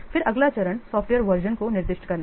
फिर अगला चरण सॉफ्टवेयर वर्जन को निर्दिष्ट करना है